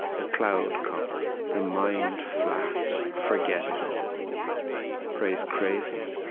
the cloud cup the mind flat, forget it all praise crazy.